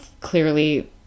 clearly